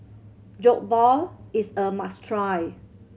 Jokbal is a must try